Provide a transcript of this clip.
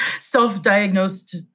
self-diagnosed